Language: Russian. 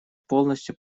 полностью